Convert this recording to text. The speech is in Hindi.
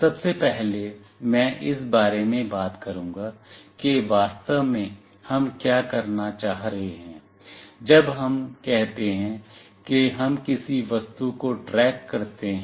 सबसे पहले मैं इस बारे में बात करूंगा कि वास्तव में हम क्या कहना चाह रहे हैं जब हम कहते हैं कि हम किसी वस्तु को ट्रैक करते हैं